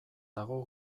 dago